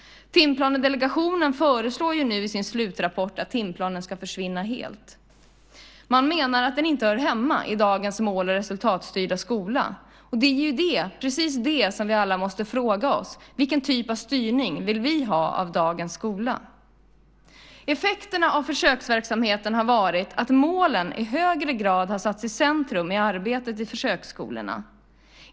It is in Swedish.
Timplandelegationen föreslår ju nu i sin slutrapport att timplanen ska försvinna helt. Man menar att den inte hör hemma i dagens mål och resultatstyrda skola. Det är precis det som vi alla måste fråga oss: Vilken typ av styrning vill vi ha av dagens skola? Effekterna av försöksverksamheten har varit att målen i högre grad har satts i centrum i arbetet i försöksskolorna.